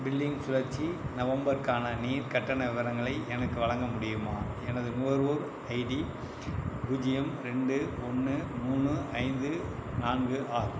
billing சுழற்சி நவம்பர்க்கான நீர் கட்டண விவரங்களை எனக்கு வழங்க முடியுமா எனது நுகர்வோர் ஐடி பூஜ்யம் ரெண்டு ஒன்று மூணு ஐந்து நான்கு ஆகும்